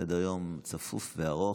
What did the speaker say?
סדר-היום צפוף וארוך.